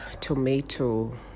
tomato